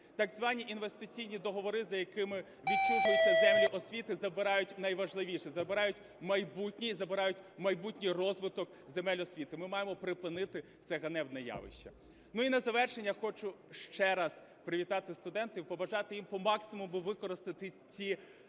так звані інвестиційні договори, за якими відчужуються землі освіти, забирають найважливіше, забирають майбутнє і забирають майбутній розвиток земель освіти. Ми маємо припинити це ганебне явище. На завершення хочу ще раз привітати студентів і побажати їм по максимуму використати ті найкращі